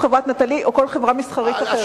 או חברת "נטלי" או כל חברה מסחרית אחרת.